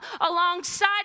alongside